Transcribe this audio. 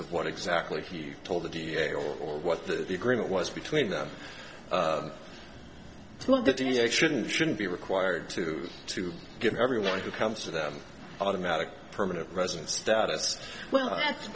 so what exactly he told the g a o or what the the agreement was between them well the da shouldn't shouldn't be required to to give everyone who comes to them automatic permanent resident status well that's